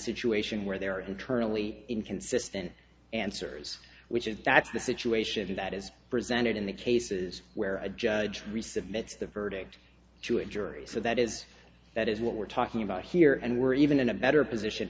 situation where there are internally inconsistent answers which is that's the situation that is presented in the cases where a judge resubmit the verdict to a jury so that is that is what we're talking about here and we're even in a better position